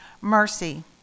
Mercy